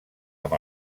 amb